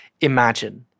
imagine